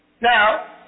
Now